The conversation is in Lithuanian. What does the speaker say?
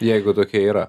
jeigu tokia yra